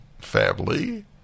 family